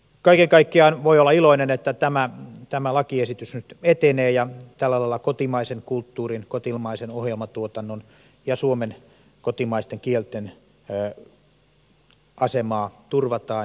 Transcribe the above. kaiken kaikkiaan voi olla iloinen että tämä lakiesitys nyt etenee ja tällä lailla kotimaisen kulttuurin kotimaisen ohjelmatuotannon ja suomen kotimaisten kielten asemaa turvataan